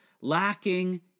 lacking